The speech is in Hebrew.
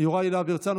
יוראי להב הרצנו,